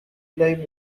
flame